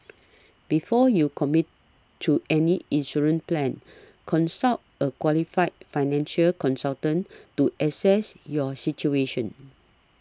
before you commit to any insurance plan consult a qualified financial consultant to assess your situation